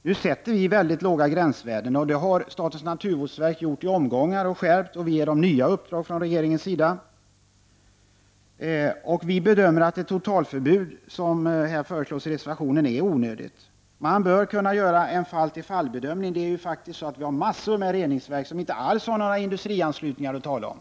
Nu sätter vi väldigt låga gränsvärden, och det har statens naturvårdsverk gjort i omgångar och skärpt, och regeringen ger verket nya uppdrag. Vi bedömer att ett totalförbud, som föreslås i reservationen, är onödigt. Man bör kunna göra en fall-till-fall-bedömning. Vi har massor av renhållningsverk som inte alls har några industrianslutningar att tala om.